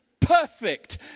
perfect